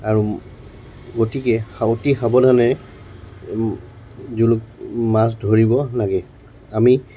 আৰু গতিকে অতি সাৱধানে জুলুক মাছ ধৰিব লাগে আমি